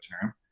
term